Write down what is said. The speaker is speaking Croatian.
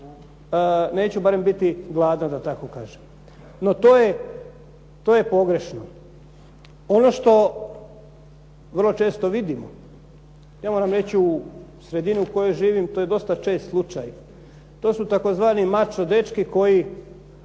neću barem biti gladan da tako kažem. No, to je pogrešno. Ono što vrlo često vidimo. Ja moram reći u sredini u kojoj živim to je dosta čest slučaj, to su tzv. mačo dečki koji